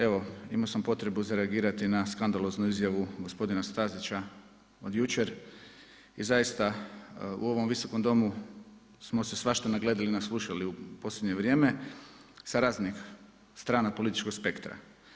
Evo imao sam potrebu za reagirati na skandaloznu izjavu gospodina Stazića od jučer i zaista u ovom visokom domu smo se svašta nagledali i naslušali u posljednje vrijeme sa raznih strana političkog spektra.